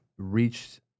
reached